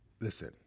Listen